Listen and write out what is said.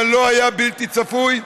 זה לא היה בלתי צפוי,